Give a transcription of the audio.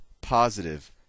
positive